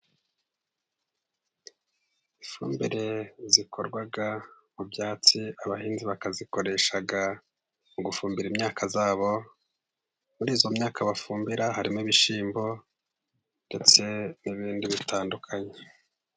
Ifumbire zikorwa mu byatsi. Abahinzi bakazikoresha mu gufumbira imyaka yabo. Muri iyo myaka bafumbira harimo ibishyimbo ndetse n'ibindi bitandukanye.